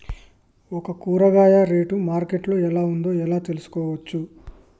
ఒక కూరగాయ rate market లో ఎలా ఉందో ఎలా తెలుసుకోవచ్చు?